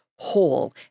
whole